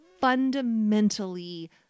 fundamentally